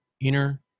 inner